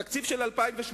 תקציב של 2008,